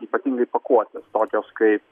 ypatingai pakuotės tokios kaip